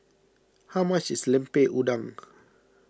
how much is Lemper Udang